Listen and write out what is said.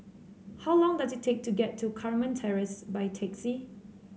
how long does it take to get to Carmen Terrace by taxi